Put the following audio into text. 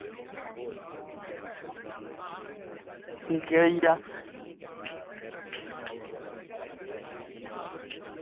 भी केह् होइया